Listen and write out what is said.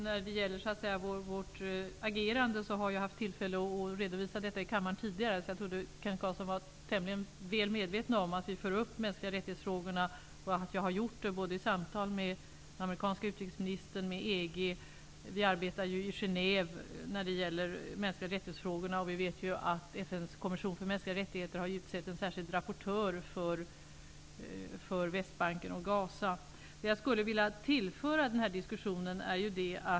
Herr talman! Jag har tidigare haft tillfälle att redovisa vårt agerande i kammaren. Kent Carlsson borde vara tämligen väl medveten om att jag har tagit upp frågorna om mänskliga rättigheter i samtal med amerikanske utrikesministern och i EG. Vi arbetar i Genève med frågorna om mänskliga rättigheter. Vi vet att FN:s kommission för mänskliga rättigheter har utsett en särskild rapportör för Västbanken och Gaza. Jag vill tillföra diskussionen följande.